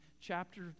chapter